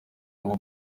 ngo